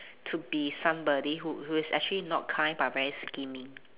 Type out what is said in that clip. to be somebody who who is actually not kind but very scheming